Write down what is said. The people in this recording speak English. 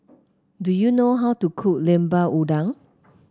do you know how to cook Lemper Udang